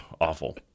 awful